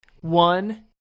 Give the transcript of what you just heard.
one